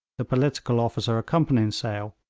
the political officer accompanying sale,